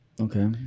Okay